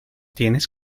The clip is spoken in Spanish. tienes